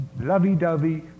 lovey-dovey